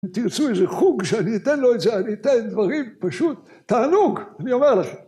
תרצו איזה חוג שאני אתן לו את זה, אני אתן דברים פשוט, תענוג, אני אומר לכם.